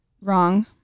Wrong